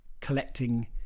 collecting